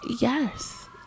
Yes